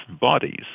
bodies